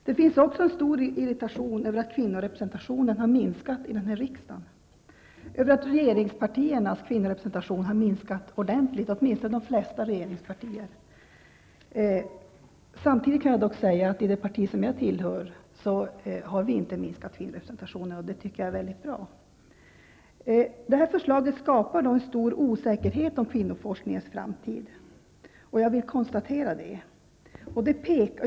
Det finns också en stor irritation över att kvinnorepresentationen har minskat i denna riksdag, över att kvinnorepresentationen i regeringspartierna har minskat ordentligt, åtminstone i de flesta regeringspartier. Samtidigt kan jag säga att kvinnorepresentationen inte har minskat i det parti som jag tillhör, och det tycker jag är mycket bra. Detta förslag skapar en stor osäkerhet om kvinnoforskningens framtid. Jag vill konstatera det.